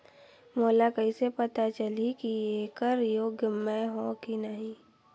मोला कइसे पता चलही की येकर योग्य मैं हों की नहीं?